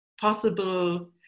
possible